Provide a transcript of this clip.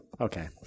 Okay